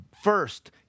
first